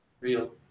Real